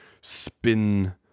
spin